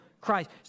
Christ